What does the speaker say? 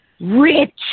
rich